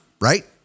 right